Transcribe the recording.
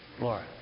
Laura